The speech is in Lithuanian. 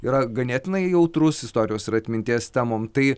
yra ganėtinai jautrus istorijos ir atminties temom tai